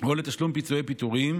או לתשלום פיצויי פיטורים,